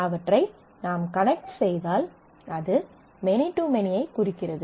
அவற்றை நாம் கனெக்ட் செய்தால் அது மெனி டு மெனியைக் குறிக்கிறது